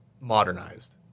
modernized